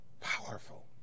Powerful